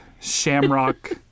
shamrock